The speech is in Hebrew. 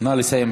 נא לסיים.